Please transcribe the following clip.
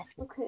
Okay